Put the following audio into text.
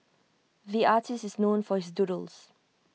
the artist is known for his doodles